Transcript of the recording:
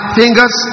fingers